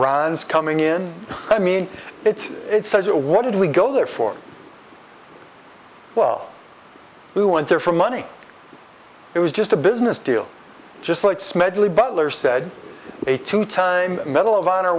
arounds coming in i mean it's such a what did we go there for well we went there for money it was just a business deal just like smedley butler said a two time medal of honor